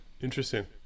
Interesting